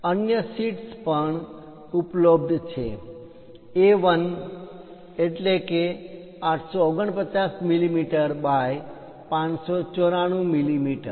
અન્ય શીટ્સ પણ ઉપલબ્ધ છે A1 એટલે કે 849 મિલિમીટર બાય 594 મિલિમીટર